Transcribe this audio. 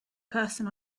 person